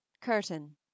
curtain